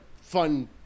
fun